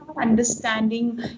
understanding